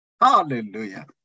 Hallelujah